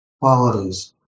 qualities